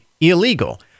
illegal